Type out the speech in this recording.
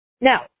Now